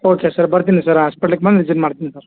okay sir ಬರ್ತೀನಿ sir ಹಾಸ್ಪೆಟ್ಲಿಗ್ ಬಂದು ಮೆಸೇಜ್ ಮಾಡ್ತೀನಿ ಸರ್